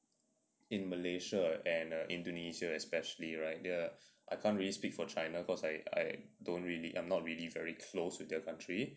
in malaysia and indonesia especially right there I can't really speak for china cause I I don't really I'm not really very close with their country